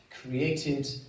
created